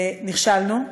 נכשלנו,